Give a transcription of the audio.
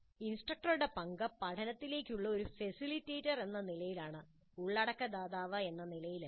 ഇൻസ്ട്രക്ടറുടെ പങ്ക് പഠനത്തിനുള്ള ഒരു ഫെസിലിറ്റേറ്റർ എന്ന നിലയിലാണ് ഉള്ളടക്ക ദാതാവ് എന്ന നിലയിലല്ല